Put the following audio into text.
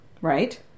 Right